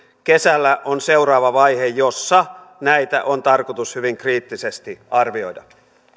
kesällä on seuraava vaihe jossa näitä on tarkoitus hyvin kriittisesti arvioida